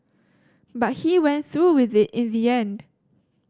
but he went through with it in the end